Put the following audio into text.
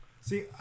See